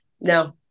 No